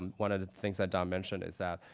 um one of the things that don mentioned is that,